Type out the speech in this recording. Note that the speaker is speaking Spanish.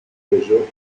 ello